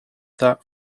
that